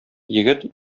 егет